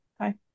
Hi